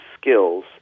skills